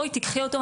בואי תיקחי אותו,